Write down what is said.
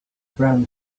brown